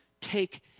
take